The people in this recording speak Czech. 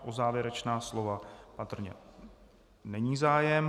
O závěrečná slova patrně není zájem.